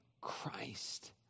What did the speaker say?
Christ